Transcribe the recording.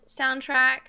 soundtrack